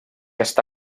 està